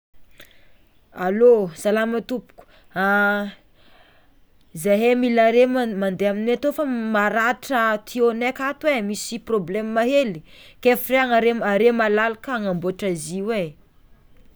Allô, salama tompoko zahe mila are ma- mande aminay tô maratra tuyau-nay akato e misy prôblema hely ke afiriagna are are malalaka anamboatra zio e?